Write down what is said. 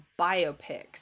biopics